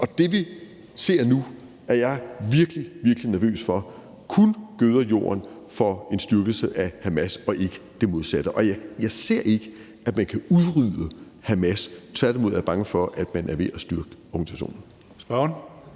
Og det, vi ser nu, er jeg virkelig, virkelig nervøs for kun gøder jorden for en styrkelse af Hamas og ikke det modsatte. Og jeg ser ikke, at man kan udrydde Hamas. Tværtimod er jeg bange for, at man er ved at styrke organisationen.